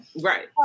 Right